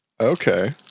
Okay